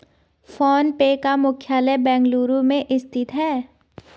phone पे का मुख्यालय बेंगलुरु में स्थित है